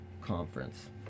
conference